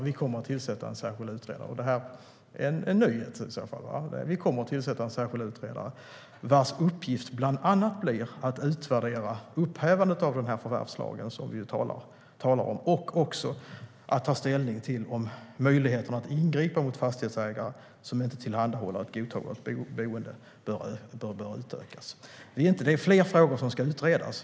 Vi kommer att tillsätta en särskild utredare vars uppgift bland annat blir att utvärdera upphävandet av förvärvslagen, som vi talar om, och att ta ställning till om möjligheten att ingripa mot fastighetsägare som inte tillhandahåller ett godtagbart boende bör utökas. Det är fler frågor som ska utredas.